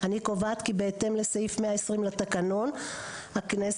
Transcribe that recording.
אני קובעת כי בהתאם לסעיף 120 לתקנון הכנסת,